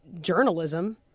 journalism